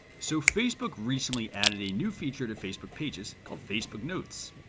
so, facebook recently added a new feature to facebook pages called facebook notes.